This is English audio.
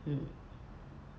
mm